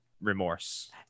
remorse